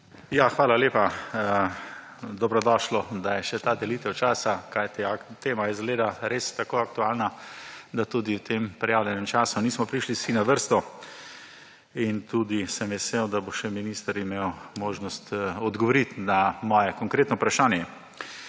Hvala lepa. Dobrodošlo, da je še ta delitev časa, kajti tema izgleda res tako aktualna, da tudi v tem prijavljenem času nismo prišli vsi na vrsto, in tudi sem vesel, da bo še minister imel možnost odgovoriti na moje konkretno vprašanje.